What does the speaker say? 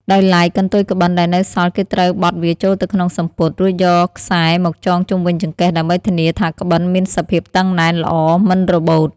ដោយឡែកកន្ទុយក្បិនដែលនៅសល់គេត្រូវបត់វាចូលទៅក្នុងសំពត់ រួចយកខ្សែរមកចងជុំវិញចង្កេះដើម្បីធានាថាក្បិនមានសភាពតឹងណែនល្អមិនរបូត។